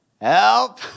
help